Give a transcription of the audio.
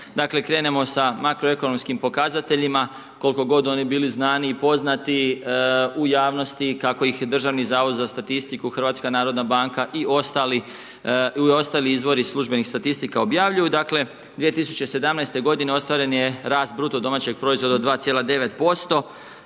krenemo sa makroekonomskim pokazateljima, koliko god oni bili znani i poznati u javnosti, kako ih Državni zavod za statistiku HNB i ostali izvori službenih statistika objavljuju. Dakle, 2017. ostvaren je rast BDP, od 2,9%